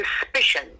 suspicion